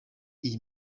iyi